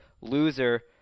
loser